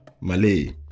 Malay